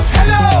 Hello